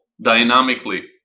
dynamically